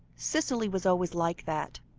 cicely was always like that,